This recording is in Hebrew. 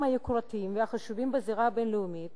היוקרתיים והחשובים בזירה הבין-לאומית,